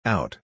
Out